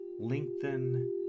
lengthen